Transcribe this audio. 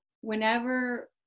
whenever